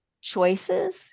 choices